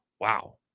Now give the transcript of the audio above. wow